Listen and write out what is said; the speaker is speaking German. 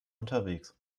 unterwegs